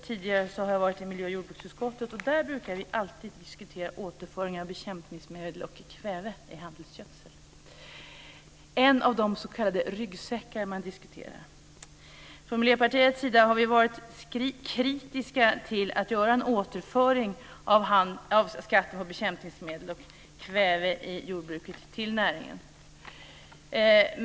Tidigare har jag varit i miljö och jordbruksutskottet, och där brukade vi alltid diskutera återföring av bekämpningsmedel och kväve i handelsgödsel, en av de s.k. ryggsäckar man diskuterar. Från Miljöpartiets sida har vi varit kritiska till att göra en återföring av skatten på bekämpningsmedel och kväve i jordbruket till näringen.